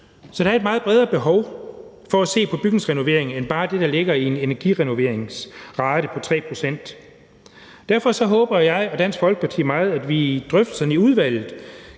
Så der er et meget bredere behov for at se på bygningsrenovering end bare det, der ligger i en energirenoveringsrate på 3 pct. Derfor håber jeg og Dansk Folkeparti meget, at vi i drøftelserne i udvalget